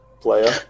player